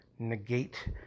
negate